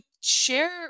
share